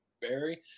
barry